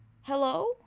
Hello